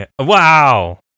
wow